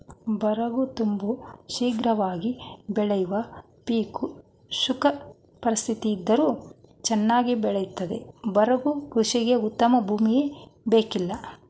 ಬರಗು ತುಂಬ ಶೀಘ್ರವಾಗಿ ಬೆಳೆಯುವ ಪೀಕು ಶುಷ್ಕ ಪರಿಸ್ಥಿತಿಯಿದ್ದರೂ ಚನ್ನಾಗಿ ಬೆಳಿತದೆ ಬರಗು ಕೃಷಿಗೆ ಉತ್ತಮ ಭೂಮಿಯೇ ಬೇಕಿಲ್ಲ